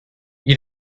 you